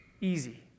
easy